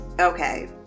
okay